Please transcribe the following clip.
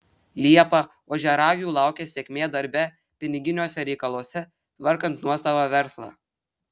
liepą ožiaragių laukia sėkmė darbe piniginiuose reikaluose tvarkant nuosavą verslą